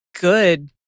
good